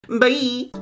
Bye